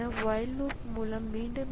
மேலும் ப்ராஸஸர் அதை கவனித்துக்கொள்கிறது